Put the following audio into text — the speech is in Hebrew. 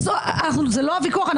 זה לא הוויכוח,